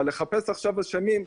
אבל לחפש עכשיו אשמים?